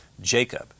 Jacob